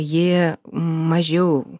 ji mažiau